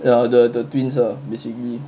the the the twins ah basically